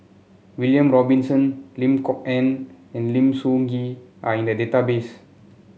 William Robinson Lim Kok Ann and Lim Soo Ngee are in the database